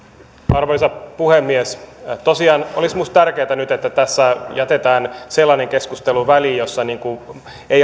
arvoisa puhemies tosiaan olisi minusta tärkeätä nyt että tässä jätetään sellainen keskustelu väliin jossa ei